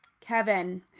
Kevin